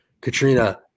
Katrina